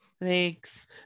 Thanks